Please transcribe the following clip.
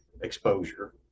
exposure